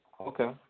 Okay